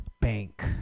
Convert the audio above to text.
Bank